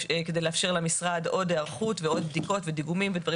כדי לאפשר למשרד עוד היערכות ועוד בדיקות ודיגומים ודברים